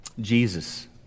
Jesus